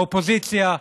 האופוזיציה,